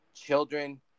children